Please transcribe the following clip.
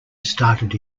started